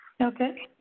Okay